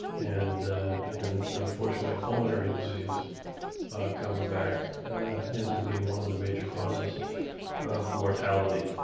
and and unfortunately, pulmonary disease coming back into being one of the major causes of mortality.